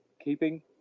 keeping